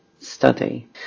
Study